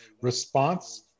response